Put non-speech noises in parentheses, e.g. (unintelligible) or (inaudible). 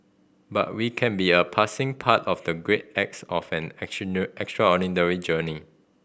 but we can be a passing part of the great acts of an (unintelligible) extraordinary journey